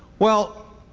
well,